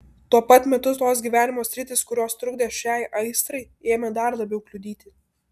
tuo pat metu tos gyvenimo sritys kurios trukdė šiai aistrai ėmė dar labiau kliudyti